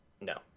No